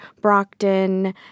Brockton